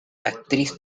actriz